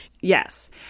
Yes